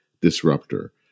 disruptor